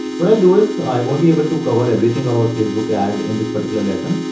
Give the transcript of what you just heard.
what i'll do is, i won't be able to cover everything about facebook ads in this particular lesson.